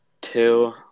Two